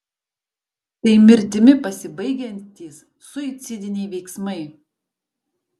tai mirtimi pasibaigiantys suicidiniai veiksmai